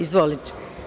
Izvolite.